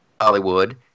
hollywood